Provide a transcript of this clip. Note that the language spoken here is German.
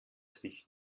sich